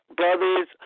brothers